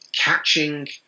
Catching